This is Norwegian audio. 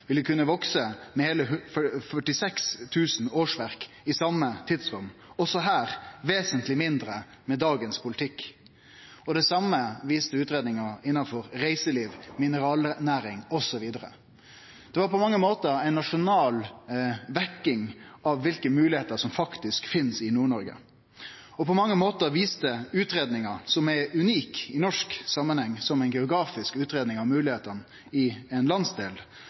ville kunne vekse med heile 46 000 årsverk i same tidsrom – også her vesentleg mindre med dagens politikk. Det same viste utgreiinga innanfor reiseliv, mineralnæring osv. Det var på mange måtar ei nasjonal vekking av kva for moglegheiter som faktisk finst i Nord-Noreg. På mange måtar viste utgreiinga, som er unik i norsk samanheng som ei geografisk utgreiing av moglegheitene i ein landsdel,